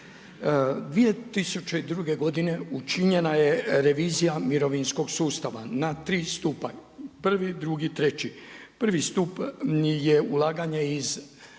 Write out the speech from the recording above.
2002. godine učinjena je revizija mirovinskog sustava na tri stupa, prvi, drugi, treći. Prvi stupanj je ulaganje iz